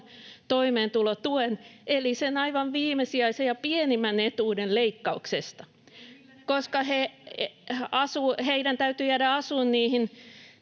toimeentulotuen eli sen aivan viimesijaisen ja pienimmän etuuden leikkauksesta, [Krista Kiuru: Eli millä ne